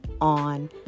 on